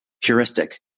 heuristic